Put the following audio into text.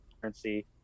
currency